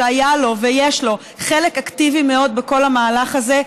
שהיה לו ויש לו חלק אקטיבי מאוד בכל המהלך הזה,